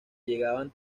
llegaban